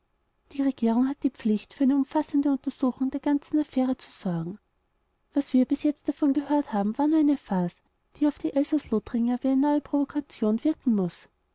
die regierung hat die pflicht für eine umfassende untersuchung der ganzen affäre zu sorgen was wir bis jetzt davon gehört haben war nur eine farce die auf die elsaß-lothringer wie eine neue provokation wirken muß